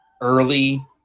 early